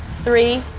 three,